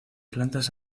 plantas